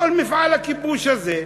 את כל מפעל הכיבוש הזה,